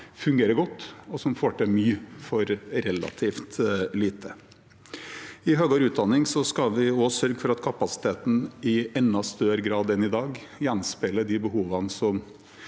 fungerer godt, og som får til mye for relativt lite. I høyere utdanning skal vi også sørge for at kapasiteten i enda større grad enn i dag gjenspeiler de behovene